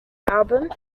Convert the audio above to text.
album